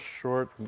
short